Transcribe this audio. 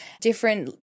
different